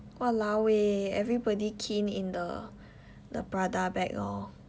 !walao! eh everybody keen in the the Prada bag lor